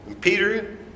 Peter